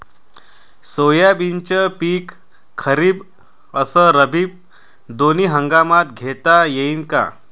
सोयाबीनचं पिक खरीप अस रब्बी दोनी हंगामात घेता येईन का?